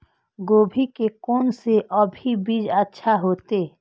गोभी के कोन से अभी बीज अच्छा होते?